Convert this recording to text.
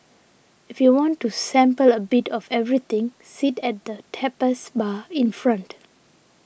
if you want to sample a bit of everything sit at the tapas bar in front